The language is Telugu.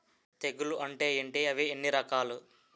తెగులు అంటే ఏంటి అవి ఎన్ని రకాలు?